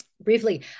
Briefly